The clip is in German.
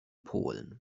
polen